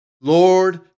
Lord